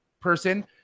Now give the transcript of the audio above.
person